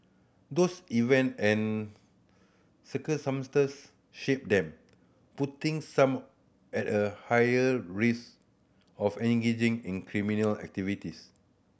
those event and circumstances shape them putting some at a higher risk of engaging in criminal activities